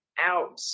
out